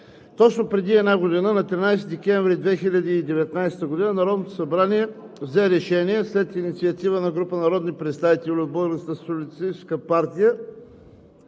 точно преди една година – 13 декември 2019 г. Народното събрание взе решение след инициатива на група народни представители от Българската социалистическа партия